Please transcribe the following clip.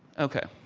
okay,